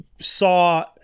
saw